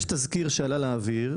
יש תזכיר שעלה לאוויר,